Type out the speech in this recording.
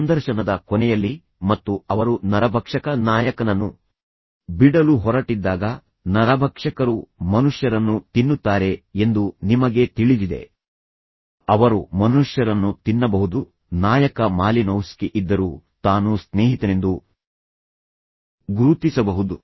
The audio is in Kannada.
ಸಂದರ್ಶನದ ಕೊನೆಯಲ್ಲಿ ಮತ್ತು ಅವರು ನರಭಕ್ಷಕ ನಾಯಕನನ್ನು ಬಿಡಲು ಹೊರಟಿದ್ದಾಗ ನರಭಕ್ಷಕರು ಮನುಷ್ಯರನ್ನು ತಿನ್ನುತ್ತಾರೆ ಎಂದು ನಿಮಗೆ ತಿಳಿದಿದೆ ಅವರು ಮನುಷ್ಯರನ್ನು ತಿನ್ನಬಹುದು ನಾಯಕ ಮಾಲಿನೋವ್ಸ್ಕಿ ಇದ್ದರೂ ತಾನು ಸ್ನೇಹಿತನೆಂದು ಗುರುತಿಸಬಹುದು